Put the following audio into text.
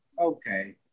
okay